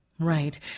Right